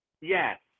Yes